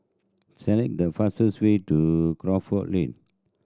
select the fastest way to Crawford Lane